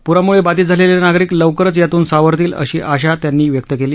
प्रामुळे बाधित झालेले नागरिक लवकरच यातून सावरतील अशी आशा त्यांनी व्यक्त केली